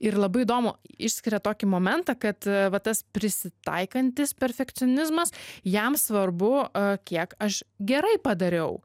ir labai įdomu išskiria tokį momentą kad va tas prisitaikantis perfekcionizmas jam svarbu kiek aš gerai padariau